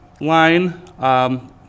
line